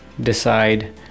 decide